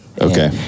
okay